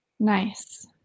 Nice